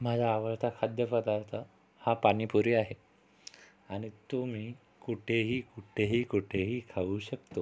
माझा आवडता खाद्यपदार्थ हा पाणीपुरी आहे आणि तो मी कुठेही कुठेही कुठेही खाऊ शकतो